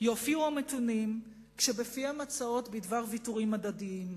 יופיעו המתונים כשבפיהם הצעות בדבר ויתורים הדדיים.